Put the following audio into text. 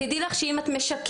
תדעי לי שאם את משקרת,